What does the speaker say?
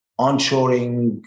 onshoring